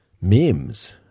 memes